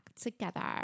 together